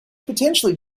potentially